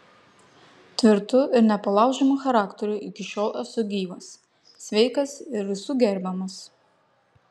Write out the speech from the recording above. tvirtu ir nepalaužiamu charakteriu iki šiol esu gyvas sveikas ir visų gerbiamas